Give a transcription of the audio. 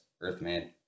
Earthman